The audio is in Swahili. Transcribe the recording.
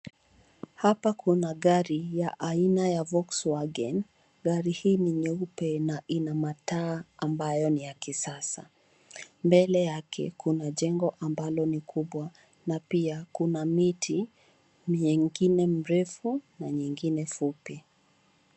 Hapa kuna gari ya aina ya Volkswagen. Gari hii ni nyeupe na ina mataa ambayo ni ya kisasa. Mbele yake kuna jengo ambalo ni kubwa na pia kuna miti mingine mrefu na nyingine fupi.